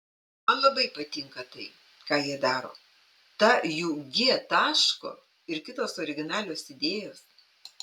man labai patinka tai ką jie daro ta jų g taško ir kitos originalios idėjos